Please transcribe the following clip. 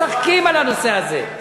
לא משחקים על הנושא הזה.